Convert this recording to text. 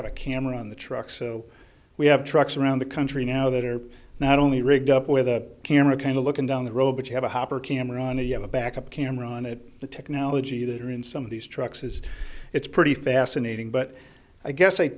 have a camera on the truck so we have trucks around the country now that are not only rigged up with a camera kind of looking down the road but you have a hopper camera you have a backup camera on it the technology that are in some of these trucks is it's pretty fascinating but i guess i